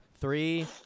three